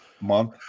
month